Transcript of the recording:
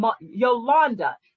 yolanda